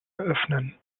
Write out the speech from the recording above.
eröffnen